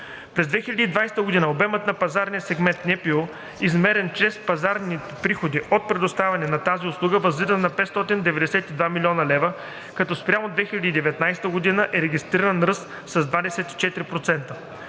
През 2020 г. обемът на пазарния сегмент НПУ, измерен чрез показателя приходи от предоставяне на тази услуга, възлиза на 592 млн. лв., като спрямо 2019 г. е регистриран ръст от 24%.